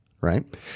right